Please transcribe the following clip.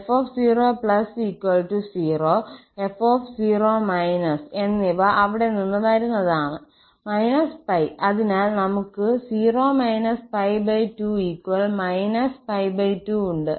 f00 𝑓 0− എന്നിവ അവിടെ നിന്ന് വരുന്നതാണ് −𝜋 അതിനാൽ നമുക്ക് 0 π2 2 ഉണ്ട്